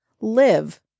Live